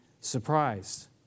surprised